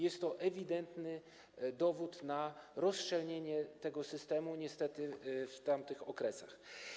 Jest to ewidentny dowód na rozszczelnienie tego systemu, niestety, w tamtych okresach.